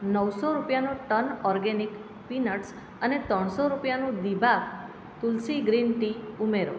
નવસો રૂપિયાનું turn organic peanuts અને ત્રણસો રૂપિયાનું દીભા તુલસી ગ્રીન ટી ઉમેરો